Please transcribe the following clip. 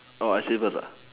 oh I say first